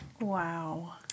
Wow